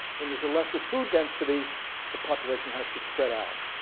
when there's a lesser food density the population has to spread out.